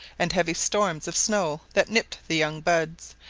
and heavy storms of snow that nipped the young buds,